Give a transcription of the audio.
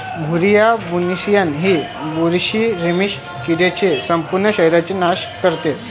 Beauveria bassiana ही बुरशी रेशीम किडीच्या संपूर्ण शरीराचा नाश करते